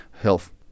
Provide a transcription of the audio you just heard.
health